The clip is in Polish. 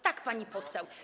Tak, pani poseł.